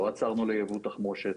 לא עצרנו ליבוא תחמושת.